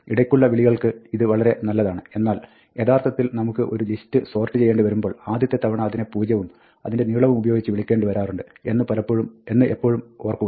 ഇടയ്ക്കുള്ള വിളികൾക്ക് ഇത് വളരെ നല്ലതാണ് എന്നാൽ യഥാർത്ഥത്തിൽ നമുക്ക് ഒരു ലിസ്റ്റിനെ സോർട്ട് ചെയ്യേണ്ടി വരുമ്പോൾ ആദ്യത്തെ തവണ അതിനെ പൂജ്യവും അതിന്റെ നീളവും ഉപയോഗിച്ച് വിളിക്കേണ്ടി വരാറുണ്ട് എന്ന് എപ്പോഴും ഓർക്കുക